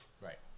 right